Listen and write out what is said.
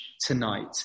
tonight